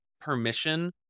permission